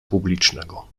publicznego